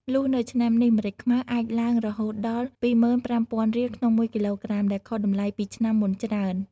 លុះនៅឆ្នាំនេះម្រេចខ្មៅអាចឡើងរហូតដល់ ២៥០០០ រៀល ក្នុងមួយគីឡូក្រាម ដែលខុសតម្លៃពីឆ្នាំមុនច្រើន។